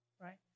right